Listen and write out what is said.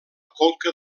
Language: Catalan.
conca